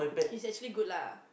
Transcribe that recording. he's actually good lah